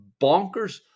bonkers